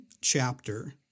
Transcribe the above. chapter